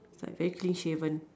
sides actually shaven